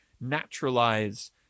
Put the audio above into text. naturalize